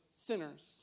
sinners